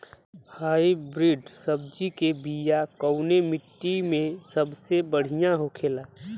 Hybrid सब्जी के बिया कवने मिट्टी में सबसे बढ़ियां होखे ला?